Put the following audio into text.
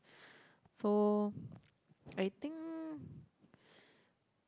so I think